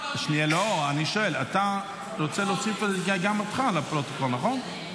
אתה רוצה להוסיף גם אותך לפרוטוקול, נכון?